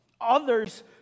Others